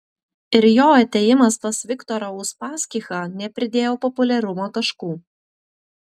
ir jo atėjimas pas viktorą uspaskichą nepridėjo populiarumo taškų